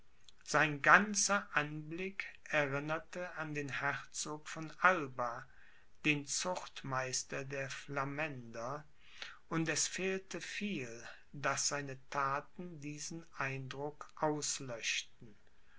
sein ganzer anblick erinnerte an den herzog von alba den zuchtmeister der flamänder und es fehlte viel daß seine thaten diesen eindruck auslöschten